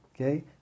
okay